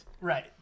Right